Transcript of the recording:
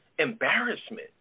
embarrassment